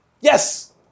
Yes